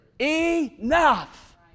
Enough